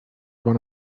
one